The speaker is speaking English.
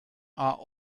are